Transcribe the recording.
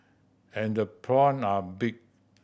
and the prawn are big